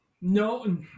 No